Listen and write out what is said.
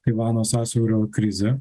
taivano sąsiaurio krizę